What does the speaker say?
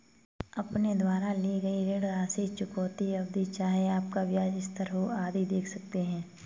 अपने द्वारा ली गई ऋण राशि, चुकौती अवधि, चाहे आपका ब्याज स्थिर हो, आदि देख सकते हैं